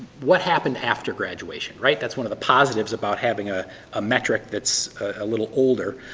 what happened after graduation, right? that's one of the positives about having ah a metric that's a little older.